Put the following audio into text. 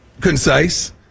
Concise